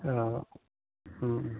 औ